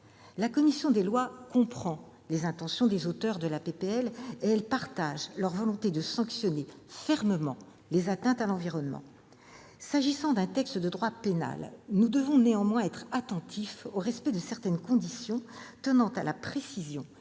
La commission des lois comprend les intentions des auteurs de la proposition de loi et elle partage leur volonté de sanctionner fermement les atteintes à l'environnement. S'agissant d'un texte de droit pénal, nous devons néanmoins être attentifs au respect de certaines conditions tenant à la précision